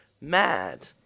mad